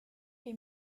est